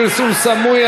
פרסום סמוי),